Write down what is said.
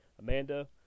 amanda